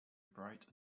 bright